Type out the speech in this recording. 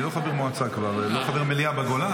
אני כבר לא חבר מועצה, לא חבר מליאה בגולן.